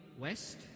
west